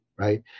right